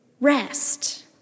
Rest